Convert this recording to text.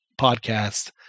podcast